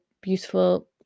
beautiful